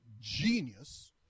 genius